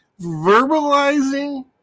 verbalizing